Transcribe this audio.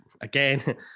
again